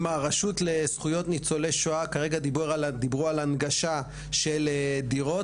אם הרשות לזכויות ניצולי שואה כרגע דיברו על הנגשה של דירות,